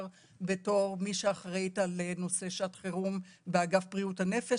כמי שאחראית על נושא שעת חירום באגף בריאות הנפש,